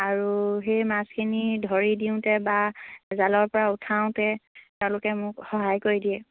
আৰু সেই মাছখিনি ধৰি দিওঁতে বা জালৰ পৰা উঠাওঁতে তেওঁলোকে মোক সহায় কৰি দিয়ে